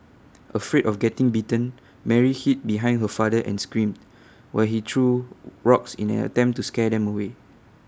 afraid of getting bitten Mary hid behind her father and screamed while he threw rocks in an attempt to scare them away